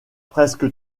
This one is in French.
presque